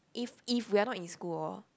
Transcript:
if if we are not in school